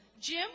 Jim